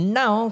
now